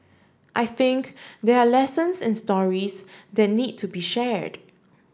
I think there are lessons and stories that need to be shared